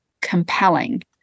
compelling